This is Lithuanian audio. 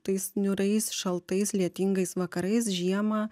tais niūriais šaltais lietingais vakarais žiemą